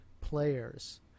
players